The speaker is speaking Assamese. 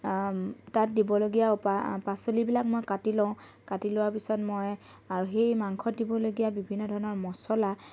তাত দিবলগীয়া উপা পাচলিবিলাক মই কাটি লওঁ কাটি লোৱাৰ পিছত মই আৰু সেই মাংসত দিবলগীয়া বিভিন্ন ধৰণৰ মচলা